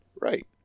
Right